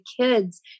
kids